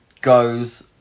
goes